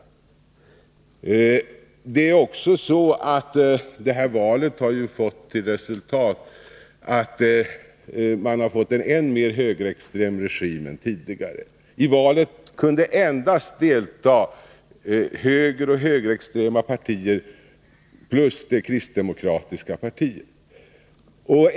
Detta val har fått till resultat att man har fått en än mer högerextrem regim än tidigare. I valet kunde endast delta högeroch högerextrema partier samt Kristdemokratiska partiet.